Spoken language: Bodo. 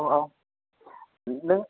औ औ नों